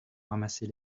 ramasser